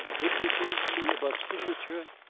witnesses to above signature,